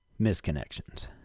misconnections